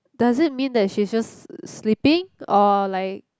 does it mean that she's just sleeping or like